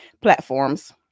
platforms